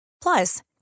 Plus